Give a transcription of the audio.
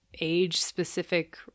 age-specific